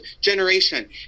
generation